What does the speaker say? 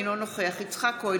אינו נוכח יצחק כהן,